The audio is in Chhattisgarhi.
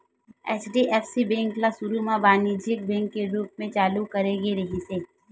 एच.डी.एफ.सी बेंक ल सुरू म बानिज्यिक बेंक के रूप म चालू करे गे रिहिस हे